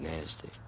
nasty